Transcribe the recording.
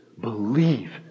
believe